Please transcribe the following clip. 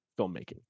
filmmaking